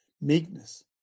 meekness